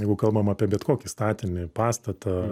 jeigu kalbam apie bet kokį statinį pastatą